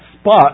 spot